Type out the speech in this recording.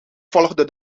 volgde